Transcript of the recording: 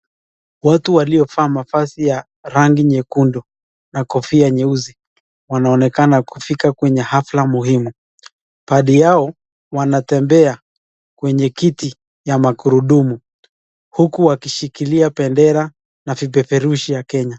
Watu waliovaa mavazi ya rangi nyekundu na kofia nyeusi. Wanaonekana kufika kwenye hafla muhimu, baadhi yao wanatembea kwenye kiti ya magurudumu, huku wakishikilia bendera na vipeperushi ya Kenya.